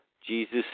Jesus